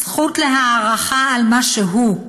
הזכות להערכה על מה שהוא.